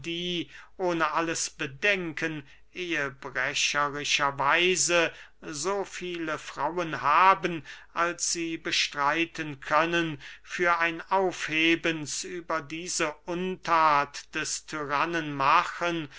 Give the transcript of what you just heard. ohne alles bedenken ehebrecherischer weise so viele frauen haben als sie bestreiten können für ein aufhebens über diese unthat des tyrannen machen